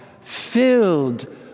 Filled